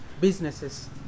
businesses